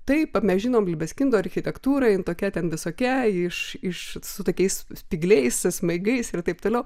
taip mes žinom libeskindo architektūrą jin tokia ten visokia iš iš su tokiais spygliais su smaigais ir taip toliau